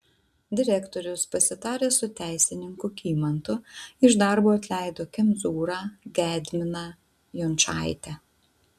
direktorius pasitaręs su teisininku kymantu iš darbo atleido kemzūrą gedminą jončaitę